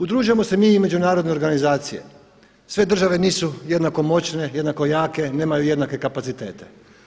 Udružujemo se mi i međunarodne organizacije, sve države nisu jednako moćne, jednako jake, nemaju jednake kapacitete.